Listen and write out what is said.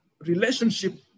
relationship